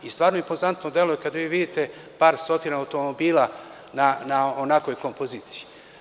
I stvarno impozantno deluje kad vi vidite par stotina automobila na onakvoj kompoziciji.